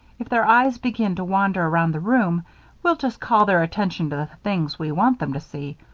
if their eyes begin to wander around the room we'll just call their attention to the things we want them to see.